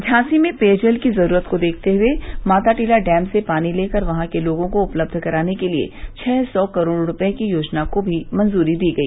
झांसी में पेयजल की जरूरत को देखते हुए माताटीला डैम से पानी लेकर वहां के लोगों को उपलब्ध कराने के लिए छह सौ करोड़ रूपये की योजना को भी मंजूरी दी गई